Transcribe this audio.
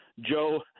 Joe